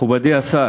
מכובדי השר,